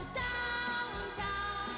downtown